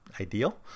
ideal